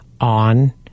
on